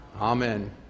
Amen